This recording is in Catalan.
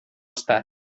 estat